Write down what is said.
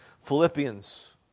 Philippians